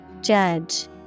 Judge